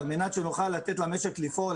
על מנת שנוכל לתת למשק לפעול.